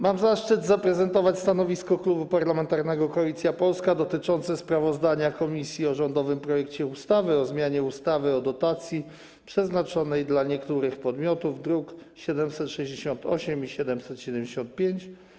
Mam zaszczyt zaprezentować stanowisko Klubu Parlamentarnego Koalicja Polska wobec sprawozdania komisji o rządowym projekcie ustawy o zmianie ustawy o dotacji przeznaczonej dla niektórych podmiotów, druki nr 768 i 775.